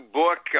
book